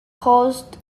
caused